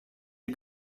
der